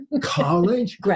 college